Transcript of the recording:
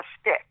stick